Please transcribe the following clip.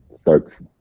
starts